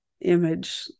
image